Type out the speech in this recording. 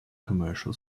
commercial